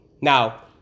now